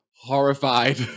horrified